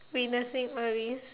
we in the same oh really